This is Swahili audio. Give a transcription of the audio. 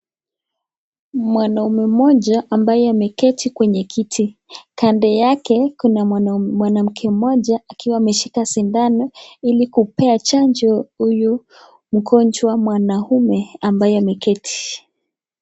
Mwanaume mmoja ambaye ameketi kwenye kiti. Kande yake kuna mwanamke mmoja akiwa ameshika sindano ili kupea chanjo huyu mkonjwa mwanaume ambaye ameketi.